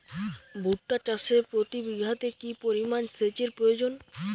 ভুট্টা চাষে প্রতি বিঘাতে কি পরিমান সেচের প্রয়োজন?